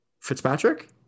Fitzpatrick